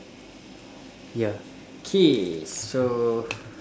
ya K so